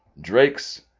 Drake's